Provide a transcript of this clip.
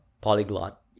polyglot